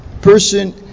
Person